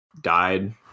died